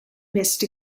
missed